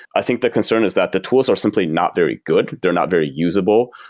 i think the concern is that the tools are simply not very good, they're not very usable.